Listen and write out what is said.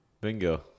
Bingo